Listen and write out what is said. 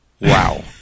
Wow